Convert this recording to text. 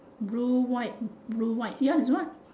blue white blue white yours is what